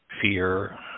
fear